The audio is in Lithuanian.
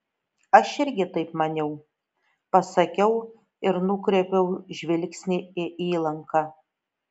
aš irgi taip maniau pasakiau ir nukreipiau žvilgsnį į įlanką